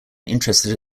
interested